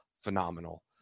phenomenal